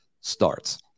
starts